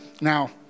Now